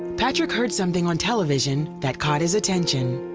patrick heard something on television that caught his attention.